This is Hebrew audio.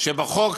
שבחוק